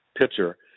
pitcher